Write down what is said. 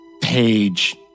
page